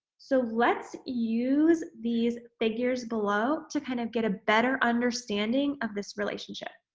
so, let's use these figures below to kind of get a better understanding of this relationship.